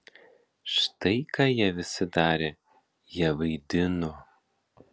štai ką jie visi darė jie vaidino